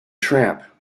tramp